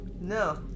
No